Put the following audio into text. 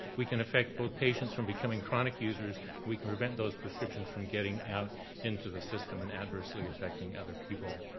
we can affect both patients from becoming chronic users, we can prevent those prescriptions from getting out into the system and adversely affecting other people.